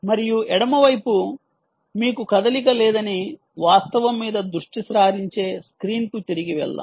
మరియు ఎడమ వైపున మీకు కదలిక లేదని వాస్తవం మీద దృష్టి సారించే స్క్రీన్కు తిరిగి వెళ్దాం